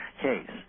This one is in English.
case